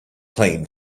claim